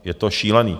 Je to šílené.